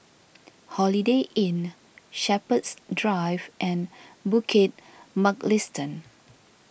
Holiday Inn Shepherds Drive and Bukit Mugliston